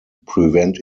prevent